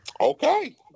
okay